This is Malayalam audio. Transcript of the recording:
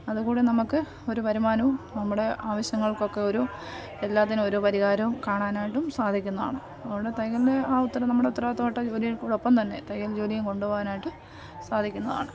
അതുകൂടെ നമുക്ക് ഒരു വരുമാനവും നമ്മുടെ ആവശ്യങ്ങൾക്കൊക്കെ ഒരു എല്ലാത്തിനും ഒരു പരിഹാരവും കാണാനായിട്ടും സാധിക്കുന്നതാണ് അതുകൊണ്ട് തയ്യലിന് ആ ഉത്തരം നമ്മുടെ ഉത്തരവാദിത്തപ്പെട്ട ജോലിയിൽക്കൂടെ ഒപ്പം തന്നെ തയ്യൽ ജോലിയും കൊണ്ടുപോവാനായിട്ട് സാധിക്കുന്നതാണ്